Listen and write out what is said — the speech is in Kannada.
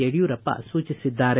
ಯಡಿಯೂರಪ್ಪ ಸೂಚಿಸಿದ್ದಾರೆ